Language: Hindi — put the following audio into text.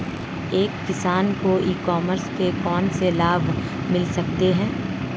एक किसान को ई कॉमर्स के कौनसे लाभ मिल सकते हैं?